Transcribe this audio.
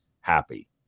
happy